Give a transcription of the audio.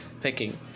picking